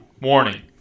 Warning